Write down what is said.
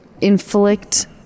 inflict